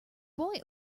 boy